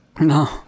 No